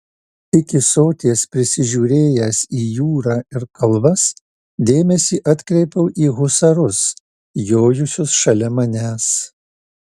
iki soties prisižiūrėjęs į jūrą ir kalvas dėmesį atkreipiau į husarus jojusius šalia manęs